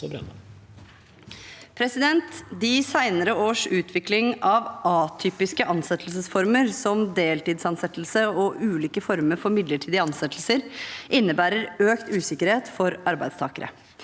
De senere års ut- vikling av atypiske ansettelsesformer, som deltidsansettelse og ulike former for midlertidige ansettelser, innebærer økt usikkerhet for arbeidstakere.